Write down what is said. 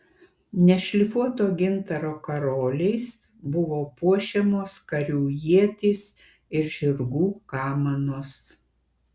nešlifuoto gintaro karoliais buvo puošiamos karių ietys ir žirgų kamanos